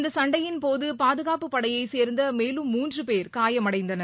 இந்த சண்டையின்போது பாதுகாப்புப் படையை சேர்ந்த மேலும் மூன்று பேர் காயம் அடைந்தனர்